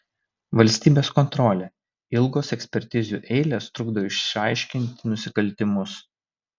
valstybės kontrolė ilgos ekspertizių eilės trukdo išaiškinti nusikaltimus